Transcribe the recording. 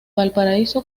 valparaíso